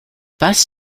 bus